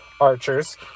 Archers